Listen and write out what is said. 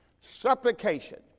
supplication